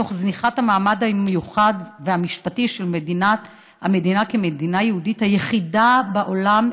תוך זניחת המעמד המיוחד והמשפטי של המדינה כמדינה היהודית היחידה בעולם,